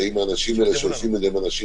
האם האנשים האלה שעושים את זה הם אנשים